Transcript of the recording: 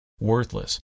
worthless